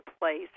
place